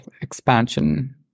expansion